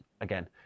again